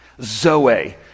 zoe